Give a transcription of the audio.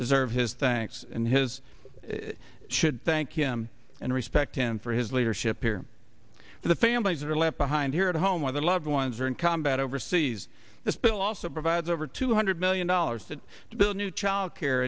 deserve his thanks and his should thank him and respect him for his leadership here for the families that are left behind here at home with their loved ones are in combat overseas this bill also provides over two hundred million dollars to the new child care